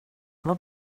vad